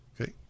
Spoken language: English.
okay